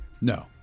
No